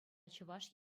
чӑваш